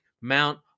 Mount